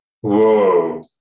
whoa